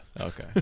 Okay